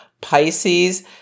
Pisces